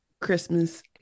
Christmas